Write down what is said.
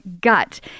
gut